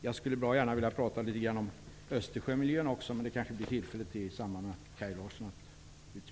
Jag skulle bra gärna velat säga något om Östersjömiljön också, men det kanske blir tillfälle till det efter Kaj Larssons anförande.